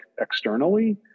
externally